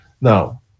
Now